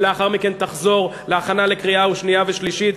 ולאחר מכן תחזור להכנה לקריאה שנייה ושלישית,